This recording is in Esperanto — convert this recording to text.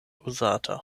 uzata